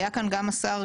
היה כאן גם השר,